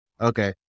Okay